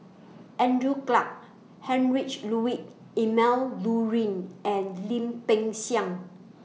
Andrew Clarke Heinrich Ludwig Emil Luering and Lim Peng Siang